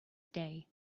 day